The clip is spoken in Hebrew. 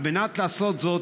על מנת לעשות זאת,